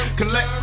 Collect